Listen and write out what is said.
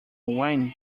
wine